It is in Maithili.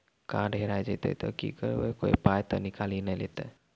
कार्ड हेरा जइतै तऽ की करवै, कोय पाय तऽ निकालि नै लेतै?